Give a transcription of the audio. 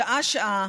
שעה-שעה.